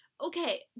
Okay